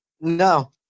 no